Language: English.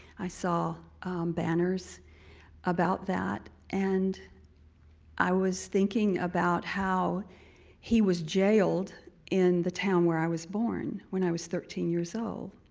i saw banners about that and i was thinking about how he was jailed in the town where i was born when i was thirteen years-old